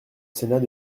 sénat